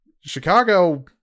Chicago